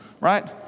right